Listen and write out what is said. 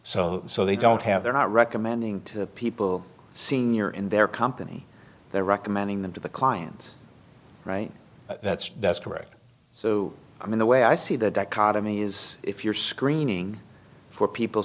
so so they don't have they're not recommending to people senior in their company they're recommending them to the client right that's that's correct so i mean the way i see the dichotomy is if you're screening for people